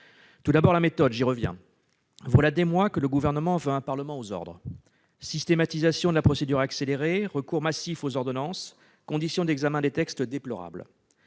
tout d'abord, la méthode. Voilà des mois que le Gouvernement veut un Parlement aux ordres : systématisation de la procédure accélérée, recours massif aux ordonnances, conditions déplorables